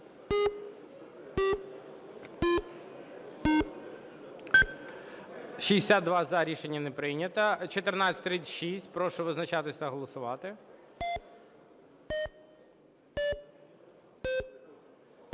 За-62 Рішення не прийнято. 1436. Прошу визначатись та голосувати.